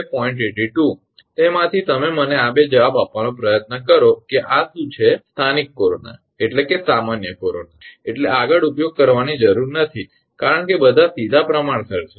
82 તે માંથી તમે મને આ 2 જવાબો આપવાનો પ્રયત્ન કરો કે આ શું છે સ્થાનિક કોરોના એટલે સામાન્ય કોરોના એટલે આગળ ઉપયોગ કરવાની જરૂર નથી કારણ કે બધા સીધા પ્રમાણસર છે